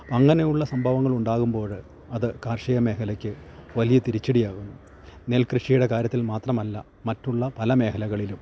അങ്ങനെയുള്ള സംഭവങ്ങളുണ്ടാകുമ്പോഴ് അത് കാർഷിക മേഖലക്ക് വലിയ തിരിച്ചടിയാകുന്നു നെൽകൃഷിയുടെ കാര്യത്തിൽ മാത്രമല്ല മറ്റുള്ള പല മേഖലകളിലും